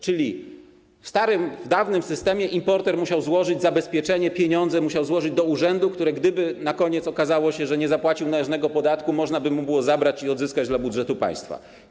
Czyli: w starym, dawnym systemie importer musiał złożyć zabezpieczenie, musiał złożyć do urzędu pieniądze, które - gdyby na koniec się okazało, że nie zapłacił należnego podatku - można by mu było zabrać i odzyskać dla budżetu państwa.